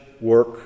work